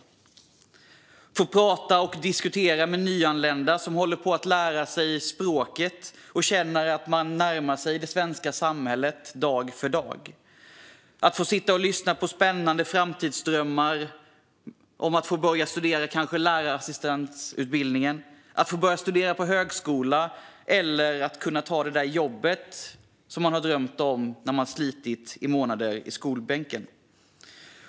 Man får prata och diskutera med nyanlända som håller på att lära sig språket och som känner att de närmar sig det svenska samhället dag för dag. Man får sitta och lyssna på spännande framtidsdrömmar om att få börja studera och kanske gå lärarassistentutbildningen, att få börja studera på högskolan eller att kunna ta det där jobbet som man drömt om när man har slitit i månader i skolbänken.